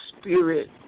spirit